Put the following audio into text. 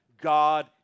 God